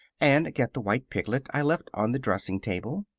and get the white piglet i left on the dressing-table.